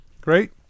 Great